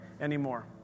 anymore